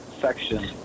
section